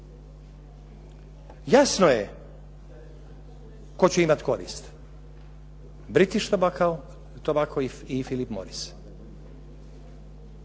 Jasno je tko će imati koristi "British tabacco" tobako i "Philip Moris".